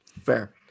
fair